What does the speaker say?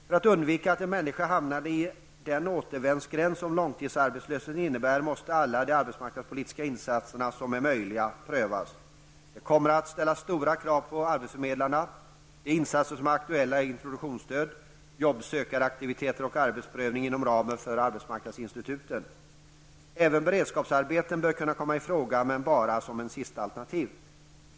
För att undvika att en människa hamnar i den återvändsgränd som långtidsarbetslöshet innebär måste alla de arbetsmarknadspolitiska insatser som är möjliga prövas. Det kommer att ställa stora krav på arbetsförmedlarna. De insatser som är aktuella är introduktionsstöd, jobb-sökar-aktiviteter och arbetsprövning inom ramen för arbetsmarknadsinstituten. Även beredskapsarbeten bör kunna komma i fråga, men bara som ett sista alternativ.